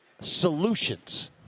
solutions